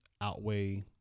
outweigh